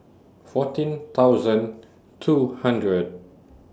fourteen thousand two hundred